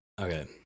Okay